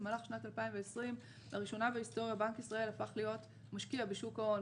במהלך שנת 2020 לראשונה בהיסטוריה בנק ישראל הפך להיות משקיע בשוק ההון.